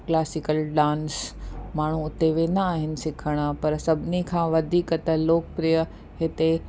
classical dance माण्हू उते वेंदा आहिनि सिखणु पर सभिनी खां वधीक त लोकप्रिय हिते